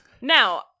Now